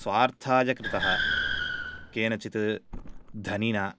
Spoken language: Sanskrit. स्वार्थाय कृतः केनचित् धनिना